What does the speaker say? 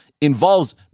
involves